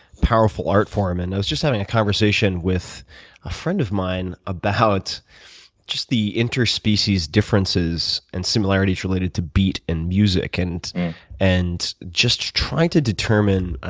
powerful art form. and i was just having a conversation with a friend of mine about just the inter species differences and similarities related to beat and music, and and just try to determine, ah